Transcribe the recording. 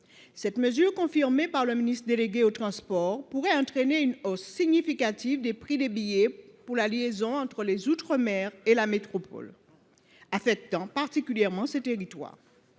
Cette mesure, confirmée par le ministre délégué chargé des transports, pourrait entraîner une hausse significative des prix des billets pour les liaisons entre les outre mer et la métropole, affectant particulièrement ces territoires.